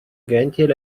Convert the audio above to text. gentil